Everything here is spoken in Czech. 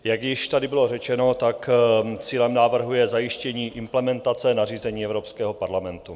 Jak již tady bylo řečeno, cílem návrhu je zajištění implementace nařízení Evropského parlamentu.